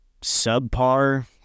subpar